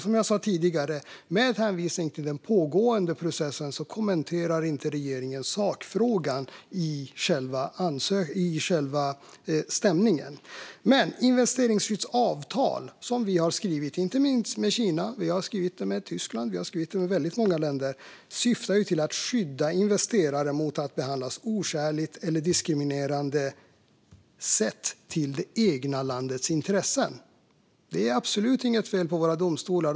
Som jag sa tidigare kommenterar inte regeringen med hänvisning till den pågående processen sakfrågan i själva stämningen. Vi har skrivit investeringsskyddsavtal inte minst med Kina, Tyskland och med väldigt många länder. De syftar till att skydda investerare mot att behandlas oskäligt eller diskriminerande sett till det egna landets intressen. Det är absolut inget fel på våra domstolar.